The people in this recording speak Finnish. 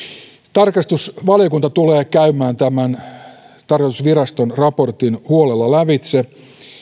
tarkastusvaliokunta tulee käymään tarkastusviraston raportin huolella lävitse